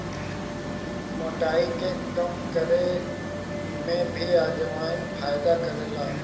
मोटाई के कम करे में भी अजवाईन फायदा करेला